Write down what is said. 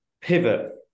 pivot